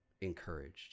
encouraged